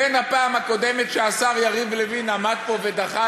בין הפעם הקודמת שהשר יריב לוין עמד פה ודחה